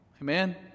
Amen